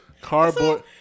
Cardboard